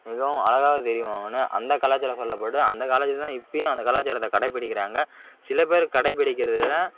மிகவும் அழகாக தெரிவாங்கன்னும் அந்த கலாச்சாரம் சொல்லப்படுது அந்த கலாச்சாரம் தான் இப்போயும் அந்த கலாச்சாரத்தை கடைப்பிடிக்கிறாங்க சில பேர் கடைப்பிடிக்கிறது இல்லை